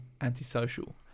antisocial